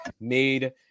made